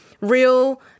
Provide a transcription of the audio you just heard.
real